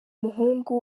muhungu